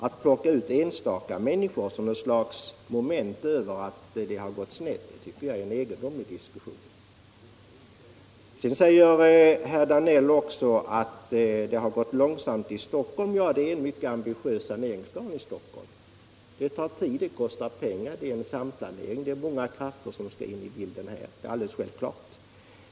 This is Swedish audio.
Att plocka ut enstaka människor som något slags monument över att det gått snett tycker jag är ett egendomligt sätt att diskutera. Vidare säger herr Danell ånyo att förköpslagen har betytt ökad långsamhet i Stockholm. Sanningen är att man har en mycket ambitiös saneringsplan i Stockholm. Det tar tid, det kostar och det krävs en samplanering för att genomföra den. Det är många krafter som skall in i bilden.